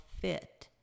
fit